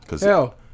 Hell